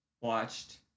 watched